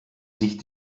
sich